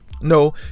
No